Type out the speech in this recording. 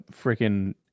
freaking